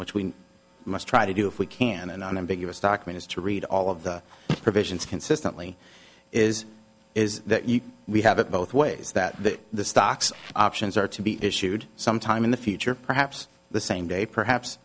which we must try to do if we can an unambiguous document is to read all of the provisions consistently is is that we have it both ways that the stocks options are to be issued sometime in the future perhaps the same day perhaps